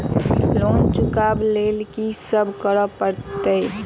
Loan चुका ब लैल की सब करऽ पड़तै?